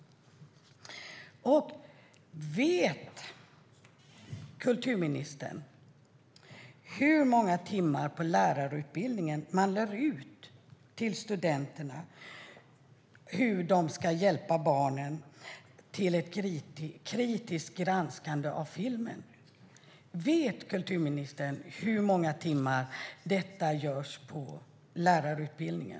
Vet kulturministern hur många timmar på lärarutbildningen man lär ut till studenterna hur de ska hjälpa barnen till ett kritiskt granskande av film? Vet kulturministern hur många timmar detta görs på lärarutbildningen?